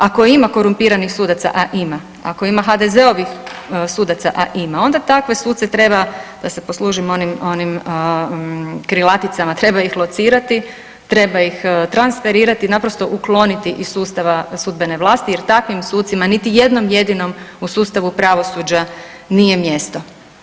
Ako ima korumpiranih sudaca ima, a ima, ako ima HDZ-ovih sudaca, a ima onda takve suce treba, da se poslužim onim krilaticama treba ih locirati, treba ih transferirati, naprosto ukloniti iz sustava sudbene vlasti jer takvim sucima niti jednom jedinom u sustavu pravosuđa nije mjesto.